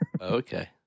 Okay